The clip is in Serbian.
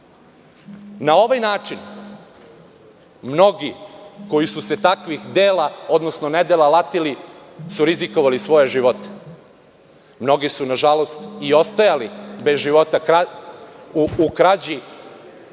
Na ovaj način mnogi koji su se takvih dela odnosno nedela latili su rizikovali svoje živote. Mnogi su, nažalost, i ostajali bez života u krađi